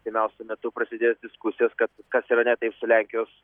artimiausiu metu prasidės diskusijos kad kas yra ne taip su lenkijos